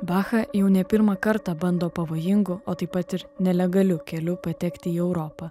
bacha jau ne pirmą kartą bando pavojingu o taip pat ir nelegaliu keliu patekti į europą